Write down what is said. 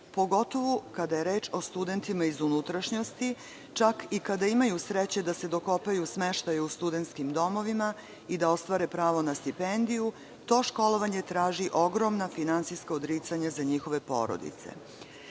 pogotovo kada je reč o studentima iz unutrašnjosti, čak i kada imaju sreće da se dokopaju smeštaja u studentskim domovima i da ostvare pravo na stipendiju, to školovanje traži ogromna finansijska odricanja za njihove porodice.